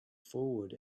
forward